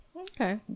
okay